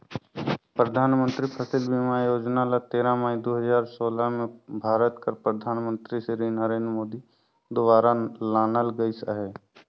परधानमंतरी फसिल बीमा योजना ल तेरा मई दू हजार सोला में भारत कर परधानमंतरी सिरी नरेन्द मोदी दुवारा लानल गइस अहे